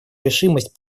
решимость